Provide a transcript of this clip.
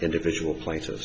individual places